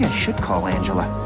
should call angela.